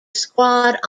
squad